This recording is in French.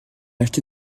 acheté